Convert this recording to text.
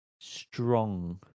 strong